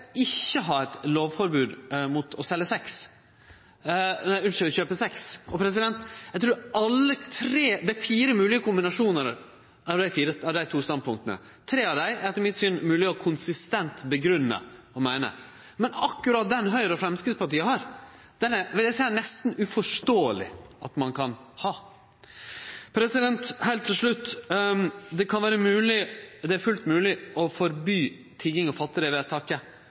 ikkje skal ha eit lovforbod mot å kjøpe sex. Det er fire moglege kombinasjonar av dei to standpunkta. Tre av dei er etter mitt syn mogleg konsistent å grunngje og å meine. Men akkurat den Høgre og Framstegspartiet har, vil eg seie er nesten uforståeleg at ein kan ha. Det er fullt mogleg å forby tigging og fatte dette vedtaket,